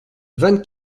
vingt